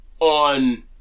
on